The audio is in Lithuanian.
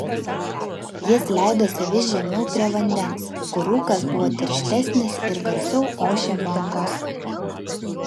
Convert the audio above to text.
jis leidosi vis žemiau prie vandens kur rūkas buvo tirštesnis ir garsiau ošė bangos